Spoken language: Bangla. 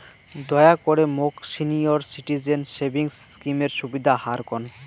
দয়া করে মোক সিনিয়র সিটিজেন সেভিংস স্কিমের সুদের হার কন